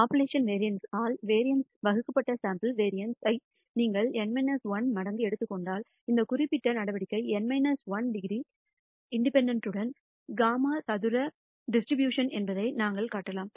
population variance ஆல் variance வகுக்கப்பட்ட sample variance ஐ நீங்கள் N 1 மடங்கு எடுத்துக் கொண்டால் இந்த குறிப்பிட்ட நடவடிக்கை N 1 டிகிரி சுதந்திரத்துடன் கூடிய χ சதுர டிஸ்ட்ரிபியூஷன் என்பதை நாங்கள் காட்டலாம்